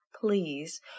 please